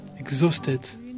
exhausted